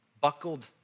buckled